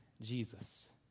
Jesus